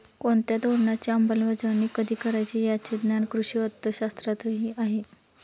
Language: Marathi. कोणत्या धोरणाची अंमलबजावणी कधी करायची याचे ज्ञान कृषी अर्थशास्त्रातही आहे